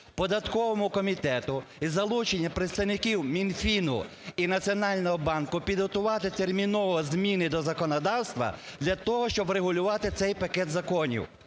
податковому комітету і залучення працівників Мінфіну, і Національного банку підготувати терміново зміни до законодавства для того, щоб врегулювати цей пакет законів,